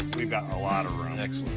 we've got a lot of room. excellent.